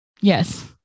Yes